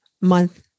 month